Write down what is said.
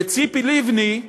וציפי לבני,